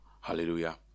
Hallelujah